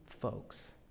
folks